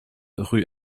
rue